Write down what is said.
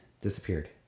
disappeared